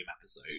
episode